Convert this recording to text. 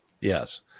Yes